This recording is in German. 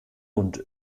und